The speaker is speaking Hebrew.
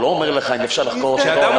הוא לא אומר לך אם אפשר לחקור או לא.